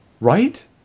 Right